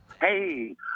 Hey